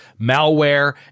malware